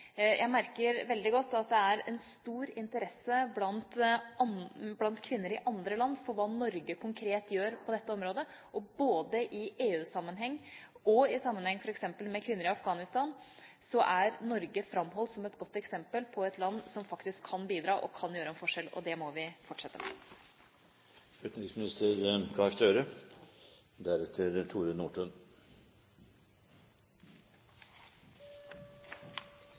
Jeg merker veldig godt at det er stor interesse blant kvinner i andre land for hva Norge konkret gjør på dette området, og både i EU-sammenheng og i sammenheng f.eks. med kvinner i Afghanistan er Norge framholdt som et godt eksempel på et land som faktisk kan bidra og kan gjøre en forskjell. Det må vi fortsette